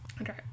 Okay